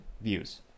views